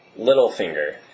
Littlefinger